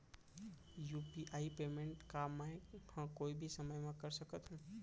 UPI payment का मैं ह कोई भी समय म कर सकत हो?